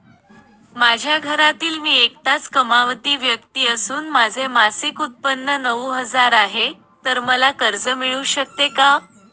माझ्या घरातील मी एकटाच कमावती व्यक्ती असून माझे मासिक उत्त्पन्न नऊ हजार आहे, तर मला कर्ज मिळू शकते का?